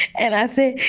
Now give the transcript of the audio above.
and i said,